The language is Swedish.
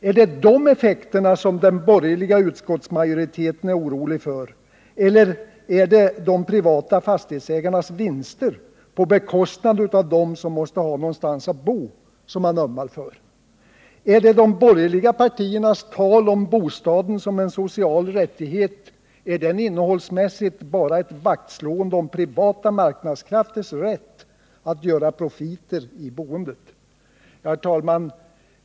Är det dessa effekter som den borgerliga utskottsmajoriteten är orolig för, eller är det privata fastighetsägares vinster på bekostnad av dem som måste ha någonstans att bo som man ömmar för? Är de borgerliga partiernas tal om bostaden som en social rättighet innehållsmässigt bara ett vaktslående om privata marknadskrafters rätt att göra profiter i boendet?